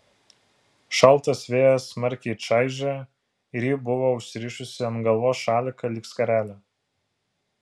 šaltas vėjas smarkiai čaižė ir ji buvo užsirišusi ant galvos šaliką lyg skarelę